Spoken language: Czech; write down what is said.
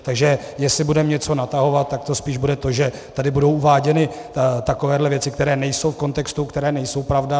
Takže jestli budeme něco natahovat, tak to spíše bude to, že tady budou uváděny takové věci, které nejsou v kontextu, nejsou pravda.